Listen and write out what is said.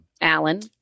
Alan